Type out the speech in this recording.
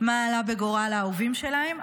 מה עלה בגורל האהובים שלהן,